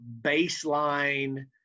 baseline